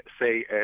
say